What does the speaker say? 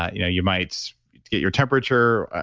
ah you know you might get your temperature.